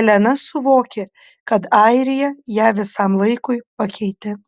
elena suvokė kad airija ją visam laikui pakeitė